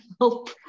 help